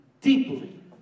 deeply